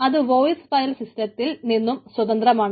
അത് voice file സിസ്റ്റത്തിൽ നിന്നും സ്വതന്ത്രമാണ്